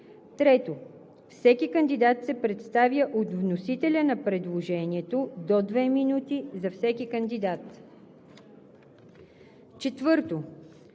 3. Всеки кандидат се представя от вносителя на предложението – до две минути за всеки кандидат. 4.